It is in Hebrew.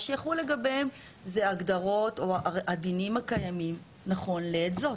מה שיחול לגביהם זה ההגדרות או הדינים הקיימים נכון לעת זאת